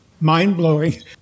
mind-blowing